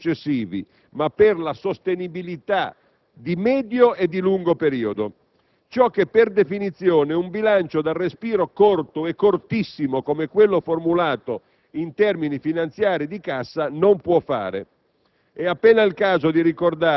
negli anni immediatamente successivi, ma per la sostenibilità di medio e lungo periodo. Ciò che, per definizione, un bilancio dal respiro corto e cortissimo come quello formulato in termini finanziari di cassa non può fare.